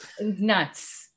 Nuts